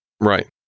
Right